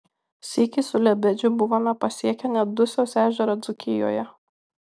sykį su lebedžiu buvome pasiekę net dusios ežerą dzūkijoje